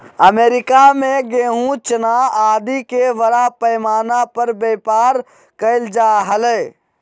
America में गेहूँ, चना आदि के बड़ा पैमाना पर व्यापार कइल जा हलय